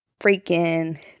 Freaking